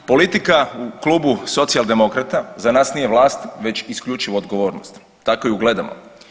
Politika u Klubu Socijaldemokrata za nas nije vlast već isključivo odgovornost, tako ju gledamo.